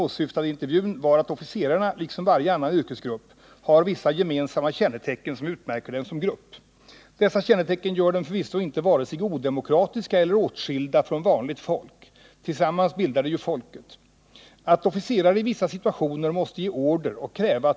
Militären behöver typer som passar för kriget. Kriget är hårt, och det militära ger en viss människotyp. De människorna är lika världen över.